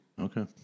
Okay